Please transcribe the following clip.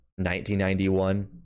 1991